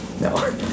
No